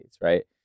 right